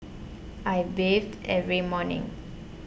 I bathe every morning